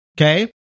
okay